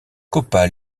copa